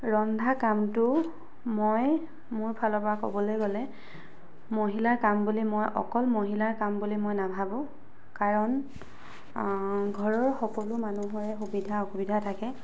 ৰন্ধা কামটো মই মোৰ ফালৰ পৰা ক'বলৈ গ'লে মহিলাৰ কাম বুলি মই অকল মহিলাৰ কাম বুলি মই নাভাবো কাৰণ ঘৰৰ সকলো মানুহৰে সুবিধা অসুবিধা থাকে